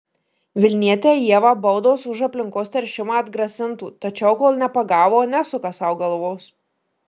vilnietę ievą baudos už aplinkos teršimą atgrasintų tačiau kol nepagavo nesuka sau galvos